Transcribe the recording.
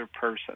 person